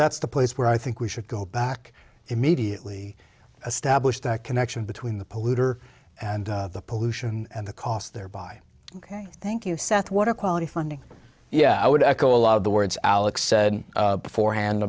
that's the place where i think we should go back immediately establish that connection between the polluter and the pollution and the cost there by ok thank you seth water quality funding yeah i would echo a lot of the words alex said beforehand